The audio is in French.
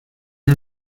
une